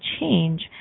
change